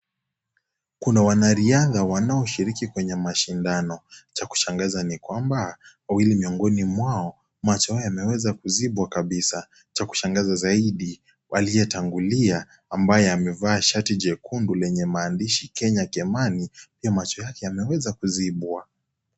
Kuna wanariadha wanaoshiriki kwenye mashindano. Cha kushangaza ni kwamba, wawili miongoni mwao, macho yao yameweza kuzibwa kabisa. Cha kushangaza zaidi, aliyetangulia, ambaye amevaa shati jekundu lenye maandishi Kenya, Kimani pia macho yake yameweza kuzibwa.